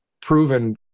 proven